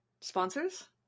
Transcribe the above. Sponsors